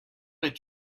est